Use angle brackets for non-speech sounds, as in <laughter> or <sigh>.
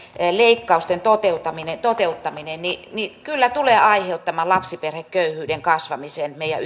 leikkausten toteuttaminen toteuttaminen kyllä tulevat aiheuttamaan lapsiperheköyhyyden kasvamista meidän <unintelligible>